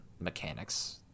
mechanics